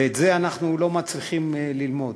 ואת זה אנחנו לא מצליחים ללמוד.